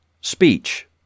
speech